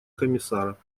комиссара